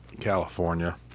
California